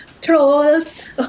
Trolls